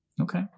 okay